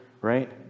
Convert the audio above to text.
right